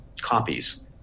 copies